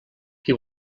qui